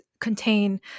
contain